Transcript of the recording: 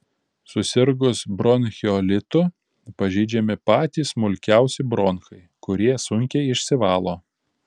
susirgus bronchiolitu pažeidžiami patys smulkiausi bronchai kurie sunkiai išsivalo